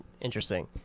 interesting